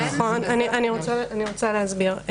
נכון, ואני רוצה להסביר.